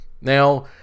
Now